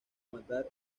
matar